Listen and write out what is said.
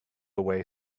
away